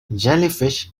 jellyfish